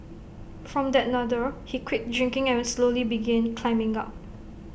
from that Nadir he quit drinking and slowly began climbing up